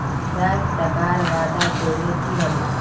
bank टाकार वादा तोरले कि हबे